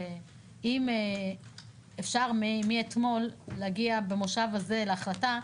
שאם אפשר מאתמול להגיע במושב הזה להחלטה,